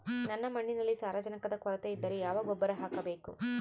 ನನ್ನ ಮಣ್ಣಿನಲ್ಲಿ ಸಾರಜನಕದ ಕೊರತೆ ಇದ್ದರೆ ಯಾವ ಗೊಬ್ಬರ ಹಾಕಬೇಕು?